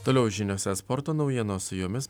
toliau žiniose sporto naujienos su jomis